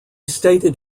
stated